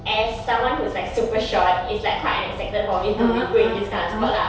as someone who's like super short is like quite unexpected for me to be good in this kind of sport lah